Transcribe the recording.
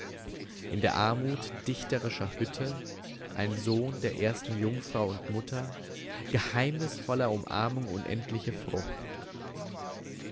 in der armut dichterischer hütte ein sohn der ersten jungfrau und mutter geheimnisvoller umarmung unendliche frucht